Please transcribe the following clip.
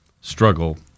Struggle